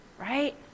right